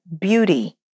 beauty